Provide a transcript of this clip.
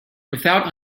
without